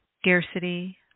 scarcity